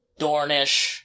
Dornish